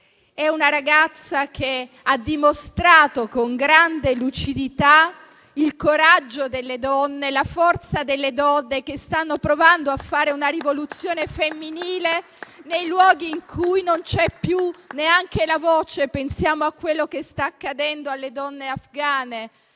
se sia corretta - ha dimostrato con grande lucidità il coraggio e la forza delle donne che stanno provando a fare una rivoluzione femminile nei luoghi in cui non c'è più neanche la voce. Pensiamo a quello che sta accadendo alle donne afgane